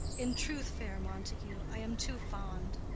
in truth, fair montague, i am too fond,